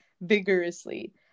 vigorously